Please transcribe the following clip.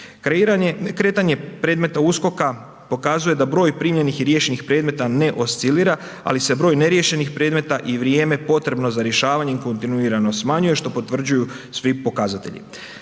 Kretanje predmeta USKOK-a pokazuje da broj primljenih i riješenih predmeta ne oscilira ali se broj neriješenih predmeta i vrijeme potrebno za rješavanje kontinuirano smanjuje što potvrđuju svi pokazatelji.